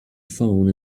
phone